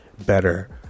better